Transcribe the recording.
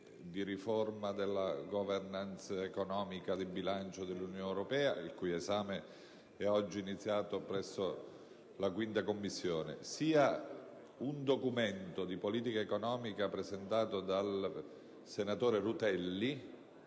riforma della *governance* economica e di bilancio dell'Unione europea - il cui esame è oggi iniziato presso la 5a Commissione - e di una mozione sulla politica economica presentata dal senatore Rutelli